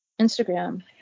Instagram